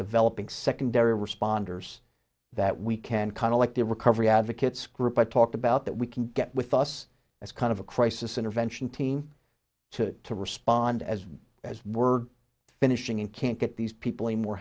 developing secondary responders that we can kind of like the recovery advocates group i talked about that we can get with us as kind of a crisis intervention team to respond as as we're finishing in can't get these people anymore